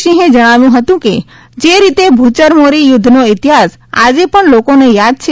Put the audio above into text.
સિંહે જણાવ્યું હતું કે જે રીતે ભૂચરમોરી યુદ્ધનો ઇતિહાસ આજે પણ લોકોને યાદ છે